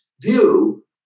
view